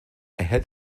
erhält